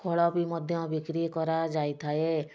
ଫଳ ବି ମଧ୍ୟ ବିକ୍ରି କରାଯାଇଥାଏ